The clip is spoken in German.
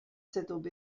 zob